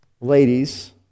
ladies